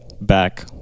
back